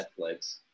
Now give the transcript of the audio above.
Netflix